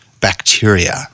bacteria